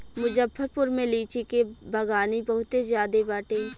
मुजफ्फरपुर में लीची के बगानी बहुते ज्यादे बाटे